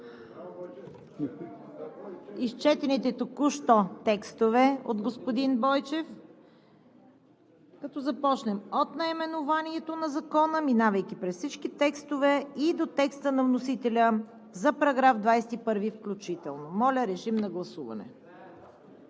изчетените току-що текстове от господин Бойчев, като започнем от наименованието на Закона, минавайки през всички текстове – до текста на вносителя за § 21 включително. Гласували